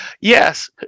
Yes